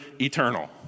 eternal